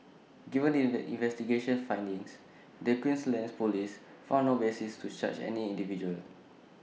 given these investigation findings the Queensland Police found no basis to charge any individual